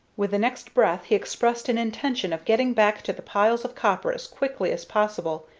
with the next breath he expressed an intention of getting back to the piles of copper as quickly as possible,